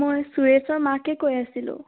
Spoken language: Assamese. মই সুৰেশৰ মাকে কৈ আছিলোঁ